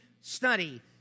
study